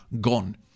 gone